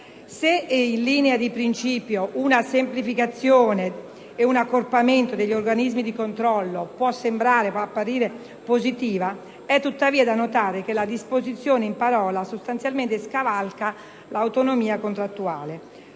Se in linea di principio una semplificazione e un accorpamento degli organismi di controllo possono sembrare positivi, è tuttavia da notare che la disposizione in parola scavalca l'autonomia contrattuale.